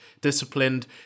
disciplined